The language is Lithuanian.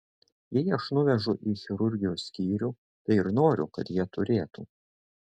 jei aš nuvežu į chirurgijos skyrių tai ir noriu kad jie turėtų